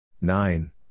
Nine